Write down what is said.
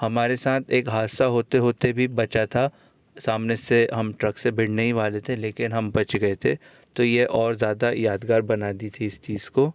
हमारे साथ एक हादसा होते होते भी बचा था सामने से हम ट्रक से भिड़ने ही वाले थे लेकिन हम बच गए थे तो ये और ज़्यादा यादगार बना दी थी इस चीज़ को